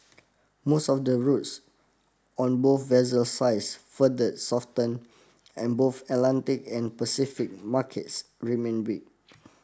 most of the routes on both vessel size further softened and both Atlantic and Pacific markets remained weak